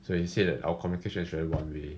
so he said our communications is very one way